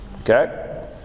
Okay